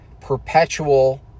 perpetual